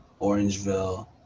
Orangeville